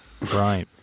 Right